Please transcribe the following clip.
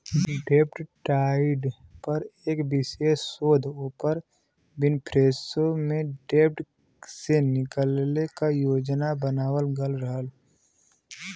डेब्ट डाइट पर एक विशेष शोध ओपर विनफ्रेशो में डेब्ट से निकले क योजना बतावल गयल रहल